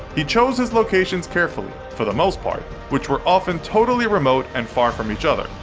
he chose his locations carefully, for the most part, which were often totally remote and far from each other.